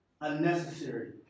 unnecessary